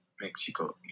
mexico